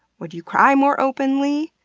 would you cry more openly?